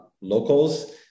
locals